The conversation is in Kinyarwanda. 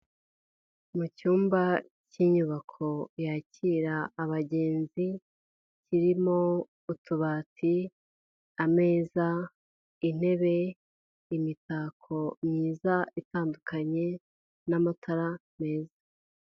Mu cyumba cy'inyubako yakira abagenzi kirimo utubati, ameza, intebe, imitako myiza itandukanye n'amatara meza.